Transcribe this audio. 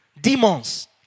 Demons